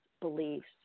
beliefs